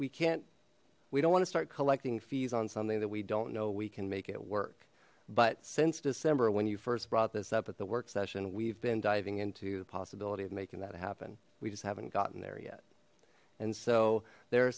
we can't we don't want to start collecting fees on something that we don't know we can make it work but since december when you first brought this up at the work session we've been diving into the possibility of making that happen we just haven't gotten there yet and so there are